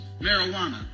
marijuana